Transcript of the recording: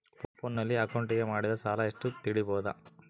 ಫೋನಿನಲ್ಲಿ ಅಕೌಂಟಿಗೆ ಮಾಡಿದ ಸಾಲ ಎಷ್ಟು ತಿಳೇಬೋದ?